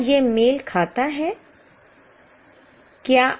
क्या यह मेल खाता है